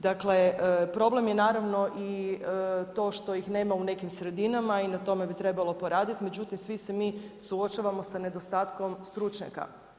Dakle, problem je naravno i to što ih nema u nekim sredinama i na tome bi trebalo poraditi, međutim sve mi suočavamo sa nedostatkom stručnjaka.